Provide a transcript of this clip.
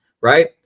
right